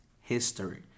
history